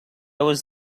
was